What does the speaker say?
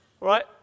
Right